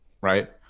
Right